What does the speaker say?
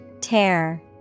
Tear